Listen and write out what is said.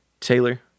Taylor